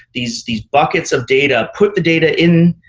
these these buckets of data, put the data in,